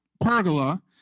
pergola